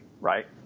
right